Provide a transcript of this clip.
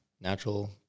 natural